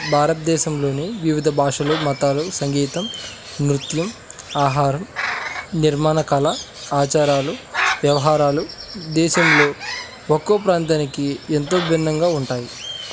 భారతదేశంలోని వివిధ భాషలు మతాలు సంగీతం నృత్యం ఆహారం నిర్మాణ కళ ఆచారాలు వ్యవహారాలు దేశంలో ఒక్కో ప్రాంతానికి ఎంతో భిన్నంగా ఉంటాయి